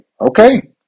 okay